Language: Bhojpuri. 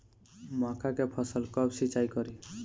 मका के फ़सल कब सिंचाई करी?